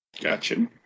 Gotcha